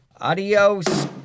Adios